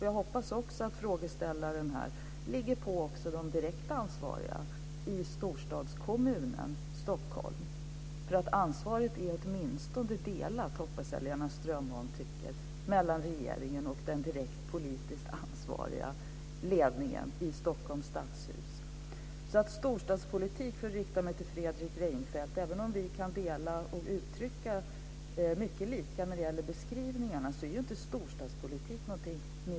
Jag hoppas också att frågeställaren ligger på de direkt ansvariga i storstadskommunen Stockholm. Jag hoppas åtminstone att Inger Strömbom tycker att ansvaret är delat mellan regeringen och den direkt politiskt ansvariga ledningen i Stockholms stadshus. Jag ska rikta mig till Fredrik Reinfeldt. Även om vi kan dela mycket av beskrivningarna och tycka mycket lika är inte storstadspolitik någonting neutralt.